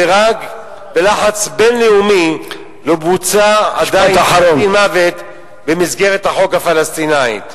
ורק בלחץ בין-לאומי לא בוצע עדיין גזר-דין מוות במסגרת החוק הפלסטיני.